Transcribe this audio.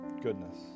goodness